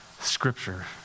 scripture